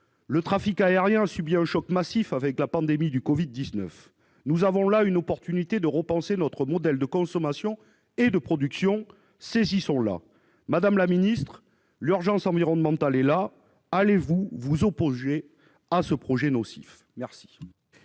Le trafic aérien a subi un choc massif avec la pandémie de Covid-19. Nous avons là une occasion de repenser notre modèle de consommation et de production. Saisissons-la ! Madame la secrétaire d'État, l'urgence environnementale est là : allez-vous vous opposer à ce projet nocif ? La